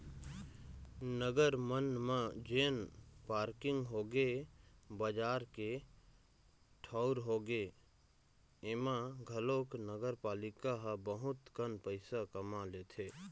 नगर मन म जेन पारकिंग होगे, बजार के ठऊर होगे, ऐमा घलोक नगरपालिका ह बहुत कन पइसा कमा लेथे